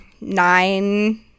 nine